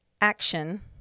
action